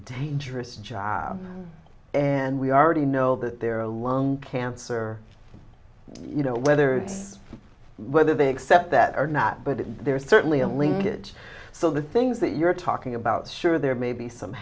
dangerous job and we already know that they're lung cancer you know whether whether they accept that or not but there's certainly a linkage so the things that you're talking about sure there may be some